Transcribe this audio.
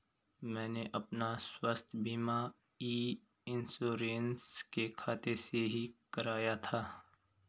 मैंने अपना स्वास्थ्य बीमा ई इन्श्योरेन्स के खाते से ही कराया था